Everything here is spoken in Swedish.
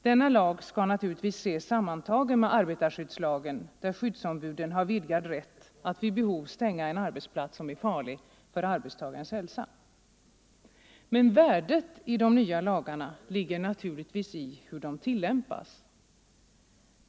Denna lag skall naturligtvis ses sammantagen med arbetarskyddslagen, där skyddsombuden ges vidgad rätt att vid behov stänga en arbetsplats som är farlig för arbetstagarens hälsa. Men värdet i de nya lagarna ligger naturligtvis helt i hur de tilllämpas.